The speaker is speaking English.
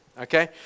Okay